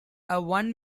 one